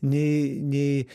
nei nei